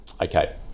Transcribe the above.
Okay